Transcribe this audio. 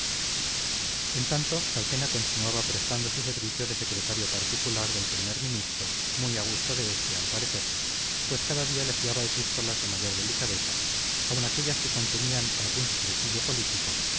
en tanto calpena continuaba prestando su servicio de secretario particular del primer ministro muy a gusto de este al parecer pues cada día le fiaba epístolas de mayor delicadeza aun aquellas que contenían algún secretillo político